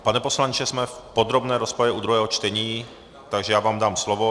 Pane poslanče, jsme v podrobné rozpravě u druhého čtení, takže vám dám slovo.